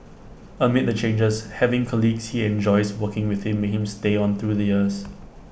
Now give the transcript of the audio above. amid the changes having colleagues he enjoys working with made him stay on through the years